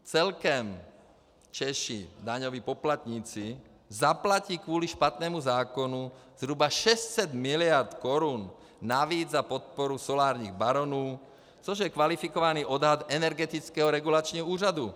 Celkem Češi daňoví poplatníci zaplatí kvůli špatnému zákonu zhruba 600 miliard korun navíc za podporu solárních baronů, což je kvalifikovaný odhad Energetického regulačního úřadu.